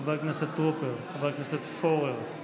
חבר הכנסת טרופר, חבר הכנסת פורר,